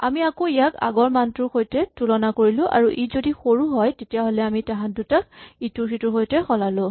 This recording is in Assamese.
আমি আকৌ ইয়াক আগৰ মানটোৰ সৈতে তুলনা কৰিলো আৰু ই যদি সৰু হয় তেতিয়াহ'লে আমি তাহাঁত দুটাক ইটোৰ সিটোৰ সৈতে সলালো